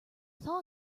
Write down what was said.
thaw